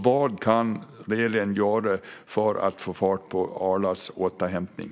Vad kan regeringen göra för att få fart på Arlandas återhämtning?